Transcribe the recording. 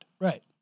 Right